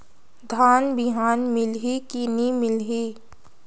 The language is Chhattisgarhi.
धान बिहान मिलही की नी मिलही?